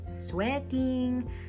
sweating